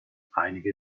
einige